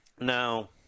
Now